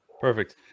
Perfect